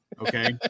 Okay